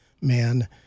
man